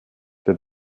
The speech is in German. der